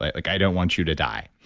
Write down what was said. like i don't want you to die.